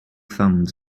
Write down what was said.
thumbs